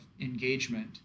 engagement